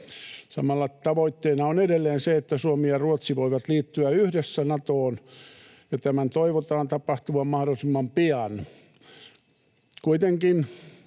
Samalla tavoitteena on edelleen se, että Suomi ja Ruotsi voivat liittyä yhdessä Natoon, ja tämän toivotaan tapahtuvan mahdollisimman pian.